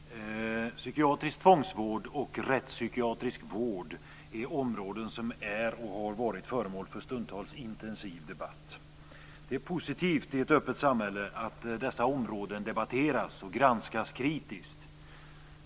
Fru talman! Psykiatrisk tvångsvård och rättspsykiatrisk vård är områden som är och har varit föremål för stundtals intensiv debatt. Det är positivt i ett öppet samhälle att dessa områden debatteras och granskas kritiskt.